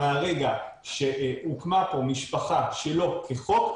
מהרגע שהוקמה פה משפחה שלא כחוק,